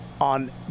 On